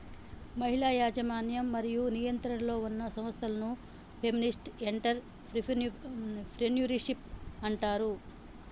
మహిళల యాజమాన్యం మరియు నియంత్రణలో ఉన్న సంస్థలను ఫెమినిస్ట్ ఎంటర్ ప్రెన్యూర్షిప్ అంటారు